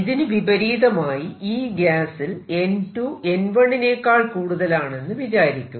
ഇതിനു വിപരീതമായി ഈ ഗ്യാസിൽ N2 N1 നേക്കാൾ കൂടുതലാണെന്നു വിചാരിക്കൂ